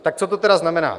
Tak co to tedy znamená?